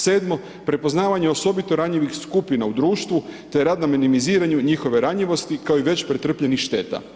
Sedmo, prepoznavanje osobito ranjivih skupina u društvu te rad na minimiziranju njihove ranjivosti kao i već pretrpljenih šteta.